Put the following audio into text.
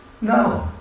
No